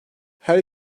her